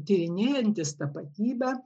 tyrinėjantis tapatybę